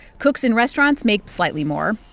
cooks in restaurants make slightly more.